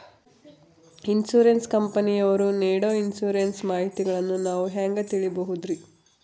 Insurance ಕಂಪನಿಯವರು ನೇಡೊ insurance ಮಾಹಿತಿಗಳನ್ನು ನಾವು ಹೆಂಗ ತಿಳಿಬಹುದ್ರಿ?